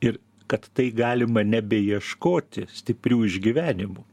ir kad tai galima nebeieškoti stiprių išgyvenimų